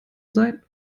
sein